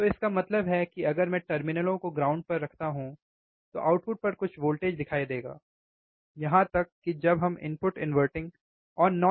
तो इसका मतलब है कि अगर मैं टर्मिनलों को ग्राउंड पर रखता हूं तो आउटपुट पर कुछ वोल्टेज दिखाई देगा यहां तक कि जब हम इनपुट इन्वेर्टिंग और नॉन इन्वेर्टिंग